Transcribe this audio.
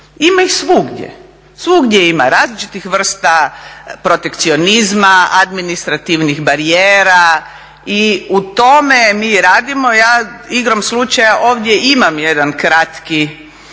ima ih svugdje. Svugdje ima različitih vrsta protekcionizma, administrativnih barijera i u tome mi radimo. Ja igrom slučaja ovdje imam jedan kratki